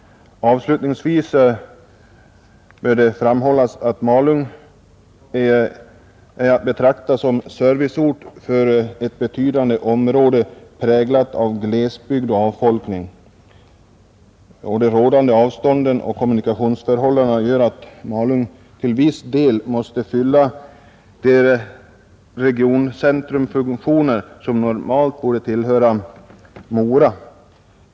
Avslutningsvis bör framhållas att Malung är att betrakta som serviceort för ett betydande område, präglat av glesbygd och avfolkning. De rådande avståndsoch kommunikationsförhållandena gör att Malung till viss del måste fylla de regioncentrumfunktioner som normalt bort tillfalla Mora.